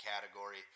category